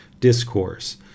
discourse